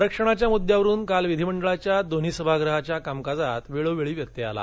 आरक्षणाच्या मुद्यावरून काल विधिमंडळाच्या दोन्ही सभागृहाच्या कामकाजात वेळोवेळी व्यत्यय आला